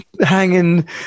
hanging